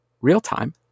real-time